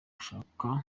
gushaka